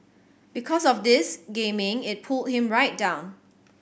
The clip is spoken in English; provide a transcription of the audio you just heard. because of this gaming it pulled him right down